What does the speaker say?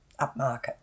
upmarket